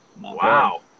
Wow